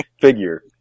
Figure